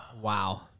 Wow